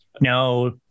no